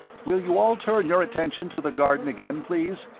will you all turn your attention to the garden again, please?